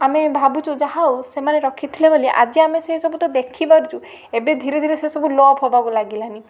ଆମେ ଭାବୁଛୁ ଯାହା ହଉ ସେମାନେ ରଖିଥିଲେ ବୋଲି ଆଜି ଆମେ ସେଇ ସବୁ ତ ଦେଖିପାରୁଛୁ ଏବେ ଧିରେ ଧିରେ ସେ ସବୁ ଲୋପ ହବାକୁ ଲାଗିଲାନି